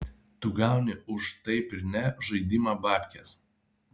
tu gauni už taip ir ne žaidimą bapkes